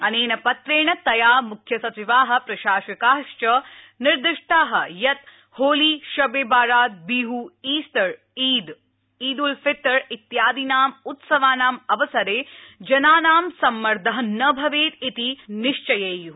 अनेन पत्रेण तया मुख्यसचिवा प्रशासका च निर्दिष्टा यत् होली शब ए बारात बिह ईस्टर ईद उल फितर उयादीनां उत्सवानां अवसरे जनानां सम्मर्दः न भवेत् ति निश्चयेयु